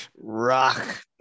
Rock